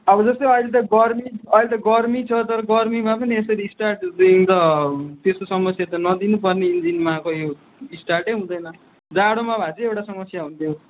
अब जस्तै त अहिले त गर्मी अहिले त गर्मी छ तर गर्मीमा पनि यसरी स्टार्टिङ त त्यस्तो समस्या त नदिनुपर्ने इन्जिनमा खोइ यो स्टार्टै हुँदैन जाडोमा भए चाहिँ एउटा समस्या हुन्थ्यो